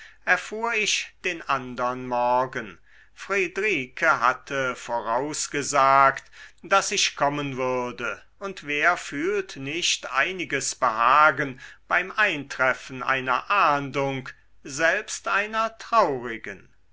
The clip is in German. erfuhr ich den andern morgen friedrike hatte vorausgesagt daß ich kommen würde und wer fühlt nicht einiges behagen beim eintreffen einer ahndung selbst einer traurigen